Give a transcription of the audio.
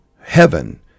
heaven